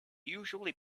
usually